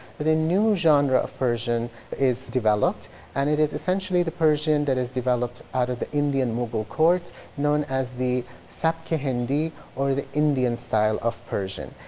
that a new genre of persian is developed and it is essentially the persian that is developed out of indian mughal court known as the sabk-i hindi or the indian style of persian.